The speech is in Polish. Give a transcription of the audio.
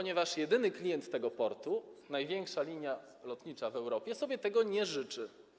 Dlatego że jedyny klient tego portu, największa linia lotnicza w Europie, sobie tego nie życzy.